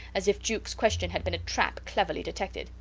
as if jukes question had been a trap cleverly detected.